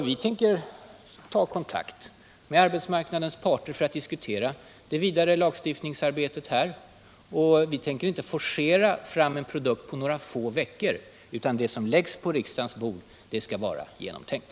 Vi kommer att ta kontakt med arbetsmarknadens parter för att diskutera det vidare lagstiftningsarbetet. Vi tänker inte forcera fram en produkt på några få veckor, utan vi vill att det förslag som läggs på riksdagens bord skall vara genomtänkt.